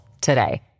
today